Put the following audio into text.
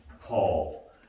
Paul